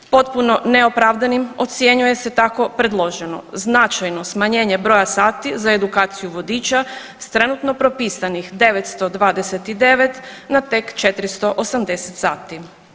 Potpuno neopravdanim ocjenjuje se tako predloženo značajno smanjenje broja sati za edukaciju vodiča s trenutno propisanih 929 na tek 480 sati.